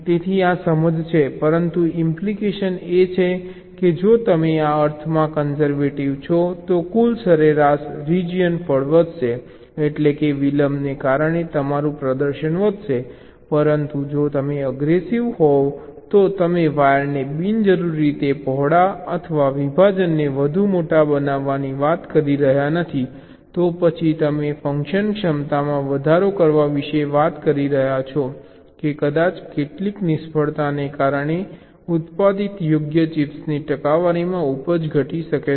તેથી આ સમજ છે પરંતુ ઇમ્પ્લિકેશન એ છે કે જો તમે આ અર્થમાં કન્ઝર્વેટિવ છો તો કુલ સરેરાશ રીજીયનફળ વધશે એટલે કે વિલંબને કારણે તમારું પ્રદર્શન વધશે પરંતુ જો તમે અગ્રેસિવ હોય તો તમે વાયરને બિનજરૂરી રીતે પહોળા અથવા વિભાજનને વધુ મોટા બનાવવાની વાત કરી રહ્યાં નથી તો પછી તમે ફંકશનક્ષમતામાં વધારો કરવા વિશે વાત કરી રહ્યા છો કે કદાચ કેટલીક નિષ્ફળતાને કારણે ઉત્પાદિત યોગ્ય ચિપ્સની ટકાવારીમાં ઉપજ ઘટી શકે છે